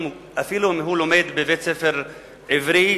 אפילו אם הוא לומד בבית-ספר עברי,